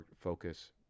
focus